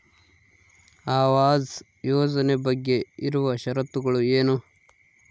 ಆವಾಸ್ ಯೋಜನೆ ಬಗ್ಗೆ ಇರುವ ಶರತ್ತುಗಳು ಏನು?